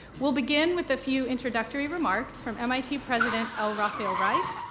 we'll begin with a few introductory remarks from mit president l. rafael reif.